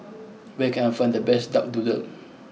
where can I find the best Duck Doodle